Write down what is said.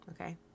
Okay